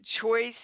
choice